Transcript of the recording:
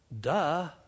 duh